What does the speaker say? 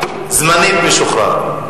זמנית, משוחרר.